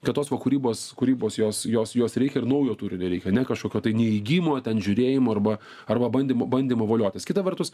kad tos va kūrybos kūrybos jos jos jos reikia ir naujo turinio reikia ne kažkokio tai neigimo ten žiūrėjimo arba arba bandymų bandymų voliotis kita vertus